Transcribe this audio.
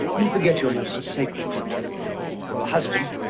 you forget your most sacred duties your husband,